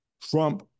Trump